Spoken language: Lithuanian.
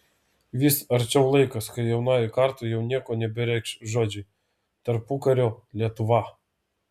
vis arčiau laikas kai jaunajai kartai jau nieko nebereikš žodžiai tarpukario lietuva